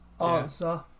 answer